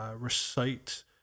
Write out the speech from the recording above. recite